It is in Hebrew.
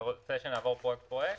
אתה רוצה שנעבור פרויקט-פרויקט?